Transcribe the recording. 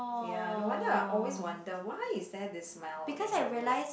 ya no wonder I always wonder why is there this smell in the room